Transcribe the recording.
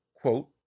quote